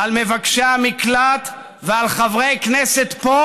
על מבקשי המקלט ועל חברי כנסת פה,